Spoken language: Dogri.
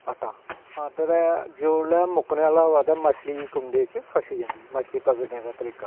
आटा ते जोल्लै मुक्कनै आह्ला होऐ ते मछली कुंडै च फसी जंदी मछली पकड़ने दा तरीका